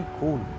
cool